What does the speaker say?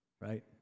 Right